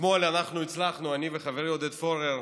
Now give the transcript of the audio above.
אתמול אנחנו הצלחנו, אני וחברי עודד פורר,